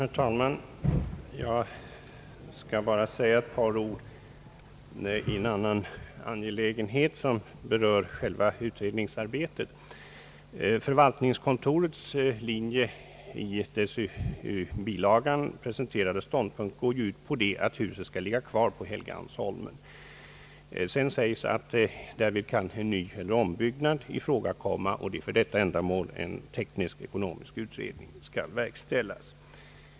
Herr talman! Jag skall bara säga ett par ord i en annan angelägenhet, som berör själva utredningsarbetet. Förvaltningskontorets linje i dess i bilagan presenterade ståndpunkt går ut på att riksdagshuset skall ligga kvar på Helgeandsholmen. Sedan sägs att därvid en nyeller ombyggnad kan ifrågakomma, och det är för detta ändamål en teknisk-ekonomisk utredning skall verkställas.